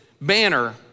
banner